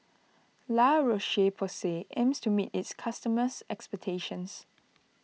La Roche Porsay aims to meet its customers' expectations